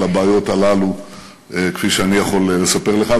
הבעיות הללו כפי שאני יכול לספר לך,